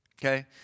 Okay